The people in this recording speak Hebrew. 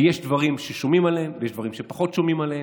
יש דברים ששומעים עליהם ויש דברים שפחות שומעים עליהם,